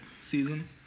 season